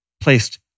placed